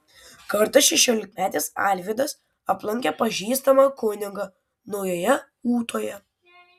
kartą šešiolikmetis alvydas aplankė pažįstamą kunigą naujojoje ūtoje